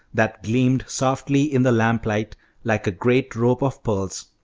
that gleamed softly in the lamplight like great rope of pearls,